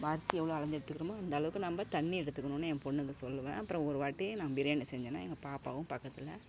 நம்ம அரிசி எவ்வளோ அளந்து எடுத்துக்கறோமோ அந்தளவுக்கு நம்ம தண்ணி எடுத்துக்கணுன்னு என் பெண்ணுட்ட சொல்வேன் அப்புறம் ஒரு வாட்டி நான் பிரியாணி செஞ்சேனால் எங்கள் பாப்பாவும் பக்கத்தில்